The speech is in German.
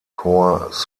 corps